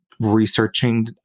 researching